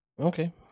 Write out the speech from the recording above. Okay